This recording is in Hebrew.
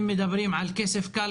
אם מדברים על כסף קל,